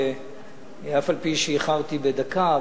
שאף-על-פי שאיחרתי בדקה,